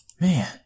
Man